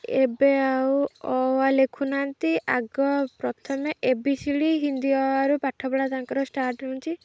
ଏବେ ଆଉ ଅ ଆ ଲେଖୁ ନାହାନ୍ତି ଆଗ ପ୍ରଥମେ A B C D Hindi ଅ ଆ ରୁ ପାଠପଢ଼ା ତାଙ୍କର ଷ୍ଟାର୍ଟ ହେଉଛି